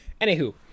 Anywho